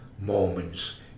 moments